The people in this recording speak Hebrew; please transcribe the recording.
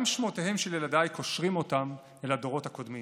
גם שמותיהם של ילדיי קושרים אותם אל הדורות הקודמים,